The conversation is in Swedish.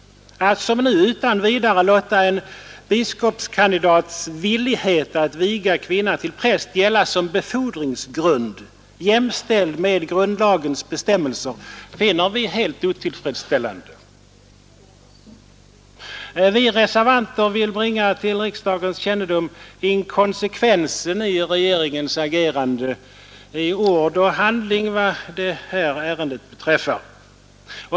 Att som nu utan vidare låta en biskopskandidats villighet att viga kvinna till präst gälla som befordringsgrund jämställd med grundlagens bestämmelser finner vi helt otillfredsställande. Vi reservanter vill bringa till riksdagens kännedom inkonsekvensen i regeringens agerande i ord och handling, vad detta ärende beträffar.